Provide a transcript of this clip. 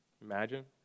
Imagine